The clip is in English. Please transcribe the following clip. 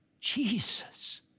Jesus